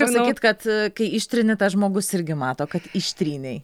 pasakyt kad kai ištrini tas žmogus irgi mato kad ištrynei